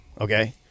Okay